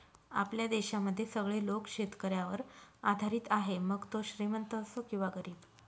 आपल्या देशामध्ये सगळे लोक शेतकऱ्यावर आधारित आहे, मग तो श्रीमंत असो किंवा गरीब